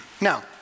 Now